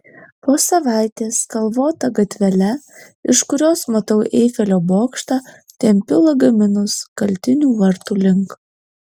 po savaitės kalvota gatvele iš kurios matau eifelio bokštą tempiu lagaminus kaltinių vartų link